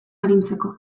arintzeko